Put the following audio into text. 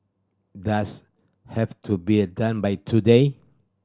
does have to be done by today